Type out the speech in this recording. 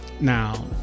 Now